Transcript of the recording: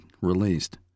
released